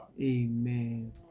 Amen